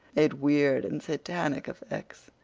made weird and satanic effects.